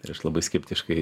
ir aš labai skeptiškai